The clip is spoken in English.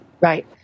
Right